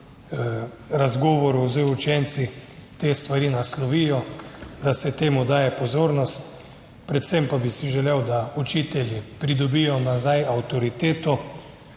ur, razgovorov z učenci, te stvari naslovijo, da se temu daje pozornost. Predvsem pa bi si želel, da učitelji pridobijo nazaj avtoriteto.